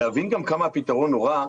להבין גם כמה הפתרון נורא,